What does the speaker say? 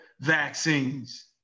vaccines